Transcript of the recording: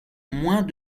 moins